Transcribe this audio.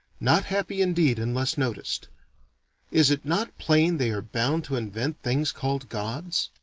not happy indeed unless noticed is it not plain they are bound to invent things called gods?